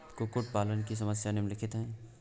कुक्कुट पालन की समस्याएँ निम्नलिखित हैं